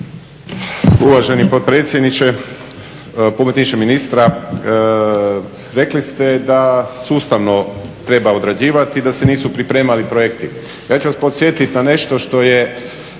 Uvaženi potpredsjedniče, pomoćniče ministra, rekli ste da sustavno treba određivati, da se nisu pripremali projekti. Ja ću vas podsjetiti na nešto što je